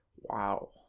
wow